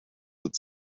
it’s